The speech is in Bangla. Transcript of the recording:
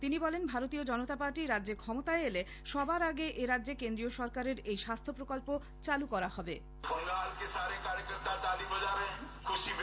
তিনি বলেন ভারতীয় জনতা পার্টি রাজ্যে ক্ষমতায় এলে সবার আগে এরাজ্যে কেন্দ্রীয় সরকারের এই স্বাস্হ্য প্রকল্প চালু করা হবে